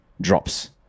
drops